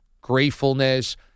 Gratefulness